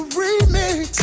remix